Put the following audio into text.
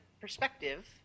perspective